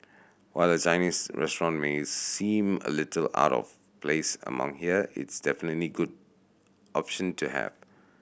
while a Chinese restaurant may seem a little out of place among here it's definitely good option to have